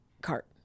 cart